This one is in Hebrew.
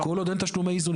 כל עוד אין תשלומי איזון.